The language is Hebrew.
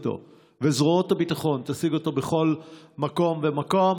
וזרועות הביטחון תשיג אותו בכל מקום ומקום.